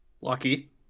Lucky